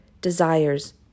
desires